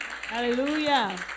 hallelujah